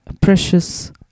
precious